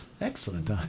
Excellent